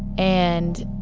and,